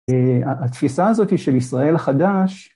‫התפיסה הזאת של ישראל החדש...